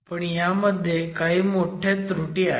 पण ह्यामध्ये काही मोठ्या त्रुटी आहेत